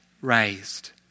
raised